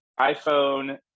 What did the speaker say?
iPhone